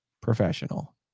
professional